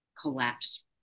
collapse